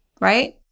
right